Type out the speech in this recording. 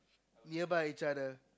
nearby each other